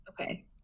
Okay